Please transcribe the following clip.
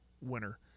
Winner